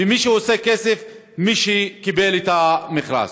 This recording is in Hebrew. ומי שעושה כסף זה מי שקיבל את המכרז.